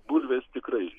bulvės tikrai